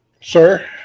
sir